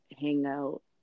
Hangout